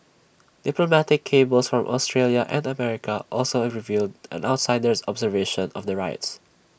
diplomatic cables from Australia and America also revealed an outsider's observation of the riots